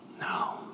No